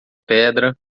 pedra